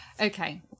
okay